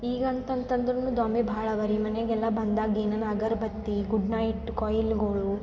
ಈಗ ಅಂತಂತಂದ್ರು ದ್ವಾಮಿ ಭಾಳ ಆಗವೆ ರೀ ಮನೆಯಾಗೆಲ್ಲ ಬಂದಾಗ ಏನೇನು ಅಗರ್ಬತ್ತಿ ಗುಡ್ ನೈಟ್ ಕ್ವಾಯಿಲ್ಗಳು